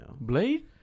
Blade